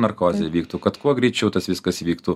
narkozė vyktų kad kuo greičiau tas viskas vyktų